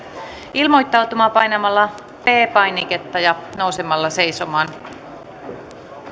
ilmoittautumaan painamalla p painiketta ja nousemalla seisomaan